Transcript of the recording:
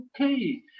okay